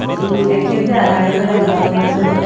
এক কেজি আধা কেজি সেনেকাবোৰ আছে